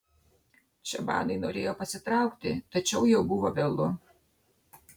čabanai norėjo pasitraukti tačiau jau buvo vėlu